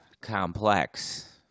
complex